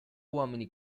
uomini